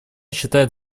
считает